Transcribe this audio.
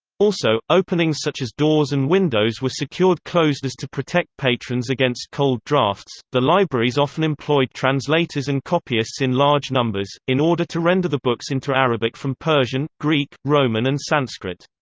also, openings such as doors and windows were secured closed as to protect patrons against cold drafts. the libraries often employed translators and copyists in large numbers, in order to render the books into arabic from persian, greek, roman and sanskrit.